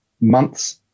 months